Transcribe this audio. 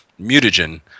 mutagen